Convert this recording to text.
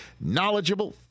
knowledgeable